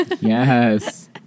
Yes